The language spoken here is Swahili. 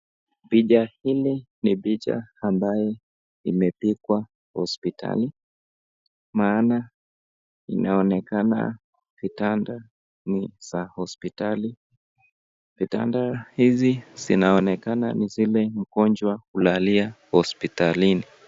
Picha hili ni picha ambayo imepikwa hospitali maana inaonekana kitanda ni za hospitali, kitanda hizi zinaonekana ni zile wagonjwa hulalia hospitalini.